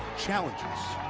challenges